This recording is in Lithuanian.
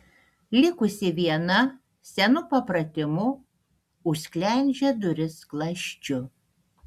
likusi viena senu papratimu užsklendžia duris skląsčiu